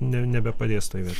nebepadės tai va